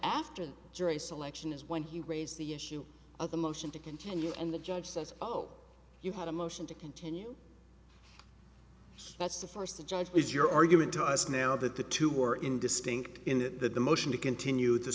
after the jury selection is when he raise the issue of the motion to continue and the judge says oh you had a motion to continue that's the first the judge has your argument to us now that the two are in discussing in the motion to continue t